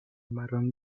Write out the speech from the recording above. marrón